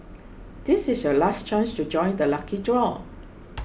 this is your last chance to join the lucky draw